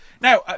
Now